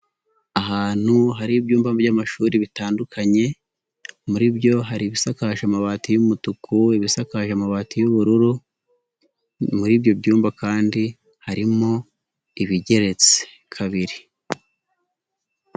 Ahantu hari ibyumba by'amashuri bitandukanye muri byo hari ibisakaje amabati y'umutuku ibisakaje amabati y'ubururu muri ibyo byumba kandi harimo ibigeretse kabiri.